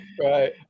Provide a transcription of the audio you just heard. Right